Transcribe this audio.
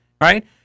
right